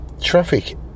traffic